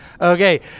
Okay